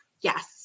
Yes